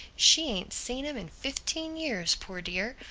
she ain't seen im in fifteen years, poor dear!